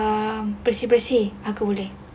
um bersih bersih aku boleh